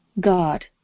God